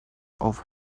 off